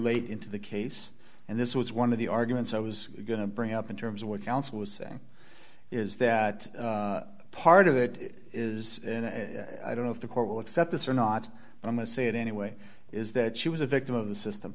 late into the case and this was one of the arguments i was going to bring up in terms of what counsel is saying is that part of it is i don't know if the court will accept this or not but on the say it anyway is that she was a victim of the system